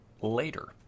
later